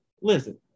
Listen